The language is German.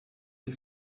die